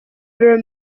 were